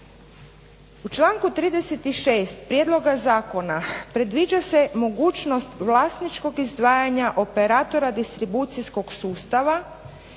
U članku 36. prijedloga zakona predviđa se mogućnost vlasničkog izdvajanja operatora distribucijskog sustava